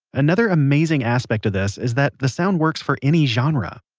another amazing aspect of this is that the sound works for any genre.